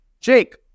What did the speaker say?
Jake